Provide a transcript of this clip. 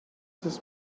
this